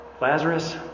Lazarus